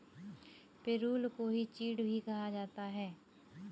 पिरुल को ही चीड़ भी कहा जाता है